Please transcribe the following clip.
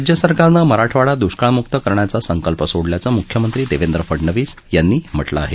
राज्यसरकारनं मराठवाडा द्रष्काळम्क्त करण्याचा संकल्प सोडल्याचं म्ख्यमंत्री देवेंद्र फडनवीस यांनी म्हटलं आहे